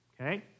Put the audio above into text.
Okay